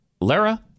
Lara